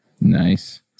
Nice